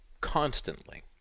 constantly